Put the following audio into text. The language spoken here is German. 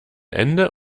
ende